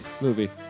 Movie